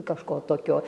kažko tokio